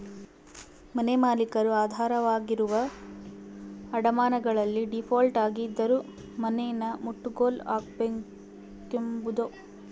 ಮನೆಮಾಲೀಕರು ಆಧಾರವಾಗಿರುವ ಅಡಮಾನಗಳಲ್ಲಿ ಡೀಫಾಲ್ಟ್ ಆಗಿದ್ದರೂ ಮನೆನಮುಟ್ಟುಗೋಲು ಹಾಕ್ಕೆಂಬೋದು